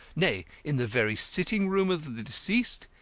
nay, in the very sitting-room of the deceased,